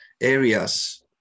areas